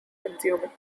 consuming